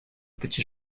petits